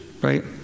Right